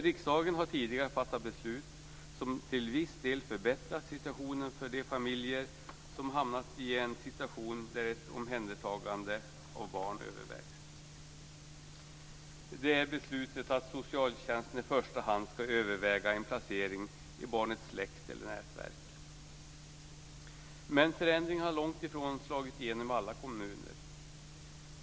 Riksdagen har tidigare fattat beslut som till viss del förbättrar situationen för de familjer som har hamnat i ett läge där ett omhändertagande av barn övervägs. Det gäller beslutet att socialtjänsten i första hand ska överväga en placering i barnets släkt eller nätverk. Men förändringen har långt ifrån slagit igenom i alla kommuner.